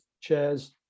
chairs